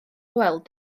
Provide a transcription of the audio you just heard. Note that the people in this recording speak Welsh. weld